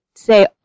Say